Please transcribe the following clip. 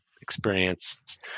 experience